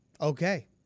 Okay